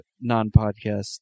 non-podcast